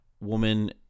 woman